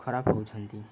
ଖରାପ ହେଉଛନ୍ତି